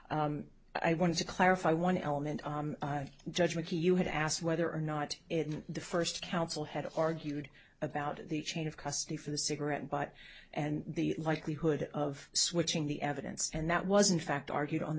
ca i want to clarify one element of judge mckee you had asked whether or not in the first counsel had argued about the chain of custody for the cigarette butt and the likelihood of switching the evidence and that wasn't fact argued on